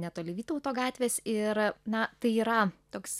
netoli vytauto gatvės ir na tai yra toks